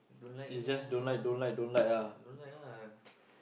don't like meh don't like ah